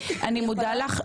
אני מודה לך.